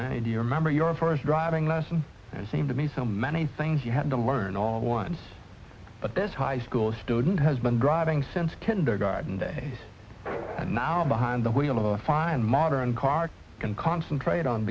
i do you remember your first driving lesson and seem to be so many things you had to learn all once but this high school student has been driving since kindergarten day an hour behind the wheel of a fine modern car can concentrate on